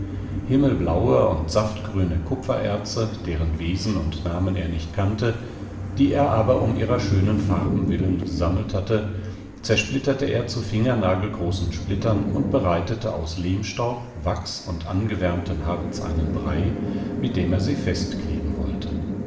himmelblaue und saftgrüne kupfererze deren wesen und namen er nicht kannte die er aber um ihrer schönen farben willen gesammelt hatte zerkleinerte er zu fingernagelgroßen splittern und bereitete aus lehmstaub wachs und angewärmtem harz einen brei mit dem er sie festkleben wollte